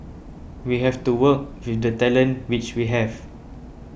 we have to work with the talent which we have